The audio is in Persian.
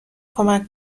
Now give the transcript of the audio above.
کمک